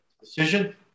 Decision